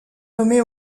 nommé